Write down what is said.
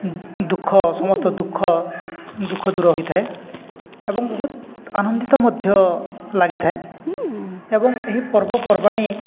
ଦୁଃଖ ସମସ୍ତ ଦୁଃଖ ଦୁଃଖ ଦୂର ହୋଇଥାଏ ଏବଂ ବହୁତ ଆନନ୍ଦିତ ମଧ୍ୟ ଲାଗିଥାଏ ଏବଂ ଏହି ପର୍ବପର୍ବାଣୀ